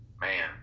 man